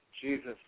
Jesus